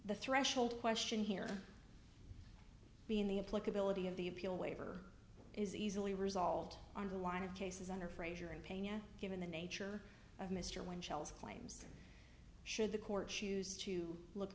the threshold question here being the implicate realty of the appeal waiver is easily resolved on the line of cases under frazier and pena given the nature of mr wynn shells claims should the court choose to look